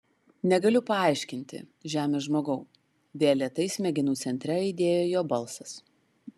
negaliu paaiškinti žemės žmogau vėl lėtai smegenų centre aidėjo jo balsas